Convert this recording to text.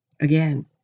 Again